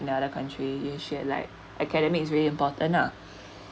in other country you should like academics very important lah